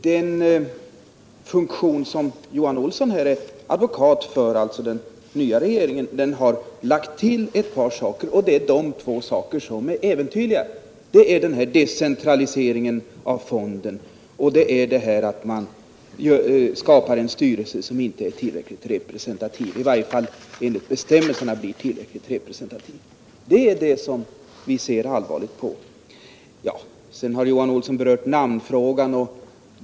Den nya regeringen, som Johan Olsson = Nr 56 är advokat för, har lagt till ett par saker, de två som är äventyrliga: decentraliseringen av fonden och skapandet av en styrelse som — i varje fall enligt bestämmelserna — inte blir tillräckligt representativ. Det är vad vi ser allvarligt på. De mindre och Sedan har ju Johan Olsson berört namnfrågan.